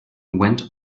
went